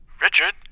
Richard